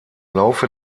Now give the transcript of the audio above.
laufe